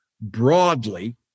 broadly